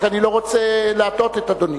אני רק לא רוצה להטעות את אדוני.